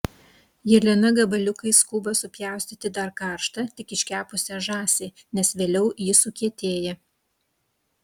jelena gabaliukais skuba supjaustyti dar karštą tik iškepusią žąsį nes vėliau ji sukietėja